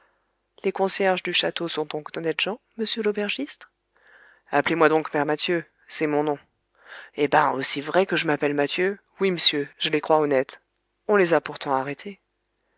les concierges du château sont donc d'honnêtes gens monsieur l'aubergiste appelez-moi donc père mathieu c'est mon nom eh ben aussi vrai que je m'appelle mathieu oui m'sieur j'les crois honnêtes on les a pourtant arrêtés